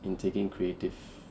in taking creative